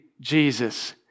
Jesus